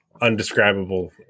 undescribable